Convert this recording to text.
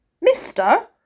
Mister